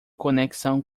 conexão